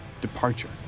departure